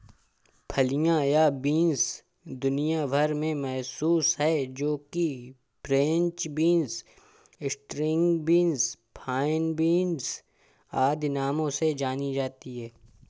फलियां या बींस दुनिया भर में मशहूर है जो कि French beans, string beans, fine beans आदि नामों से जानी जाती है